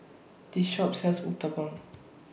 This Shop sells Uthapam